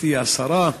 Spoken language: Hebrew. גברתי השרה,